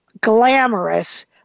glamorous